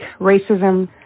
racism